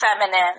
feminine